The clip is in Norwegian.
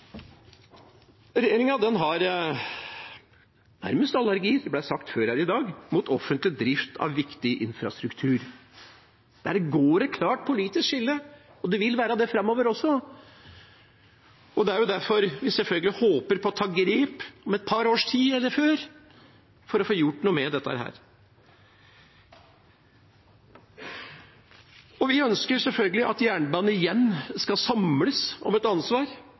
Regjeringa har nærmest allergi – det ble sagt før her i dag – mot offentlig drift av viktig infrastruktur. Der går det et klart politisk skille, og det vil være der framover også. Det er selvfølgelig derfor vi håper på å ta grep om et par års tid, eller før, for å få gjort noe med dette. Vi ønsker selvfølgelig at jernbanen igjen skal samles om et ansvar,